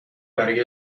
برای